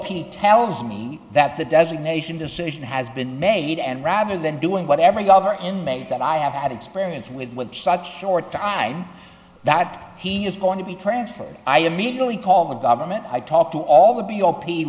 p tells me that the designation decision has been made and rather than doing what every governor in may that i have had experience with with such short time that he is going to be transferred i immediately called the government i talked to all the b o p